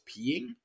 peeing